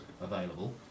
available